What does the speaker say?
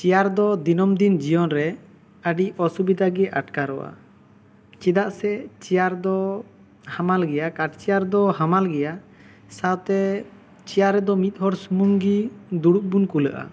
chair ᱫᱚ ᱫᱤᱱᱟᱹᱢ ᱫᱤᱱ ᱡᱤᱭᱚᱱ ᱨᱮ ᱟᱹᱰᱤ ᱚᱥᱩᱵᱤᱫᱷᱟ ᱜᱮ ᱟᱴᱠᱟᱨᱚᱜᱼᱟ ᱪᱮᱫᱟᱜ ᱥᱮ ᱪᱮᱭᱟᱨ ᱫᱚ ᱦᱟᱢᱟᱞ ᱜᱮᱭᱟ ᱠᱟᱴ ᱪᱮᱭᱟᱨ ᱫᱚ ᱦᱟᱢᱟᱞ ᱜᱮᱭᱟ ᱟᱨ ᱥᱟᱶ ᱛᱮ ᱪᱮᱭᱟᱨ ᱨᱮᱫᱚ ᱢᱤᱫ ᱦᱚᱲ ᱥᱩᱢᱩᱝ ᱜᱮ ᱫᱩᱲᱩᱵ ᱵᱚᱱ ᱠᱩᱞᱟᱹᱣᱜᱼᱟ